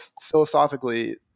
philosophically